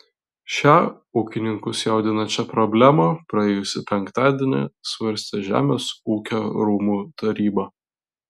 šią ūkininkus jaudinančią problemą praėjusį penktadienį svarstė žemės ūkio rūmų taryba